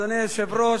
אדוני היושב-ראש,